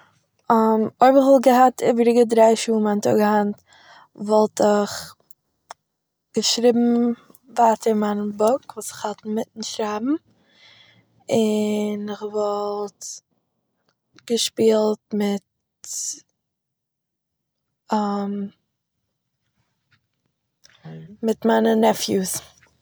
אויב איך וואלט געהאט איבעריגע דריי-פיר טאג, וואלט איך געשריבן ווייטער מיין בוק וואס איך האלט אינמיטן שרייבן, און איך וואלט געשפילט מיט, מיט מיינע נעפיוס